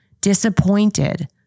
disappointed